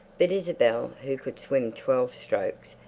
but isabel, who could swim twelve strokes,